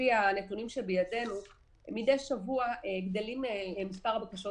לפי הנתונים שבידינו עולה מספר הבקשות